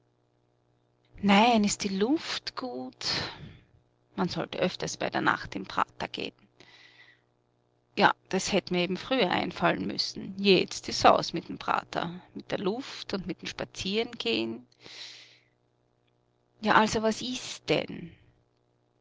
nein ist die luft gut man sollt öfters bei der nacht in prater geh'n ja das hätt mir eben früher einfallen müssen jetzt ist's aus mit'm prater mit der luft und mit'm spazierengeh'n ja also was ist denn